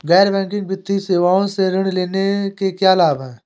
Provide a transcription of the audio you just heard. गैर बैंकिंग वित्तीय सेवाओं से ऋण लेने के क्या लाभ हैं?